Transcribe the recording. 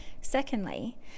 secondly